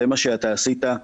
זה מה שאתה עשית,